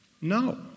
No